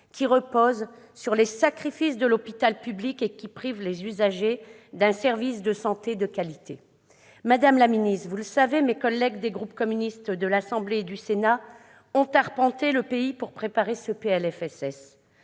cela repose sur les sacrifices de l'hôpital public et prive les usagers d'un service de santé de qualité ? Madame la ministre, vous le savez, mes collègues des groupes communistes de l'Assemblée et du Sénat ont arpenté le pays pour préparer ce PLFSS.